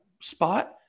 spot